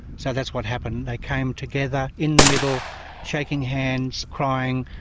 so that's what happened. they came together in the middle shaking hands, crying,